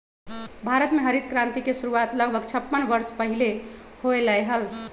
भारत में हरित क्रांति के शुरुआत लगभग छप्पन वर्ष पहीले होलय हल